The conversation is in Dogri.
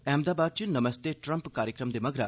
अहमदाबाद च ''नमस्ते ट्रंप'' कार्यक्रम दे मगरा